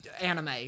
anime